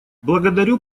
благодарю